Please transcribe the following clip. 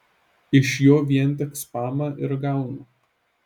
iš jo vien tik spamą ir gaunu